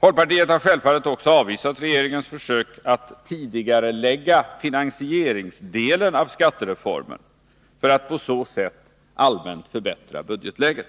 Folkpartiet har självfallet också avvisat regeringens försök att tidigarelägga finansieringsdelen av skattereformen för att på så sätt allmänt förbättra budgetläget.